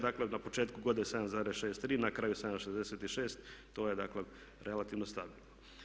Dakle na početku godine 7,63, na kraju 7,66, to je dakle relativno stabilno.